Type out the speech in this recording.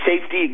safety